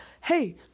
Hey